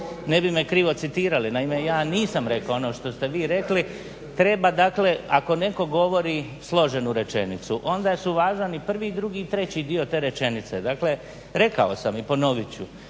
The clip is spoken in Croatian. ne bi me krivo citirali. Naime ja nisam rekao ono što ste vi rekli, treba dakle ako netko govori složenu rečenicu, onda su važan i prvi i drugi i treći dio te rečenice, rekao sam i ponovit ću